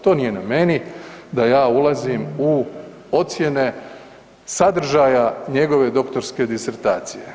To nije na meni da ja ulazim u ocijene sadržaja njegove doktorske disertacije.